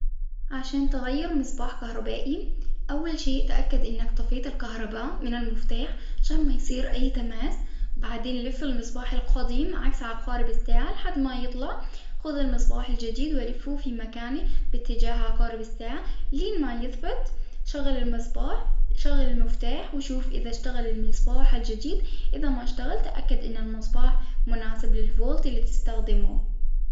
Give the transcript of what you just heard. عشان تغير مصباح كهربائي، أول شيء تأكد إنك طفيت الكهرباء من المفتاح عشان ما يصير أي تماس، بعدين لف المصباح القديم عكس عقارب الساعة لحد ما يطلع، خذ المصباح الجديد ولفه في مكانه بإتجاه عقارب الساعة لين ما يثبت، شغل المصباح، شغل المفتاح وشوف إذا إشتغل المصباح الجديد إذا ما اشتغل تأكد أن المصباح مناسب للفولت اللي تستخدمه.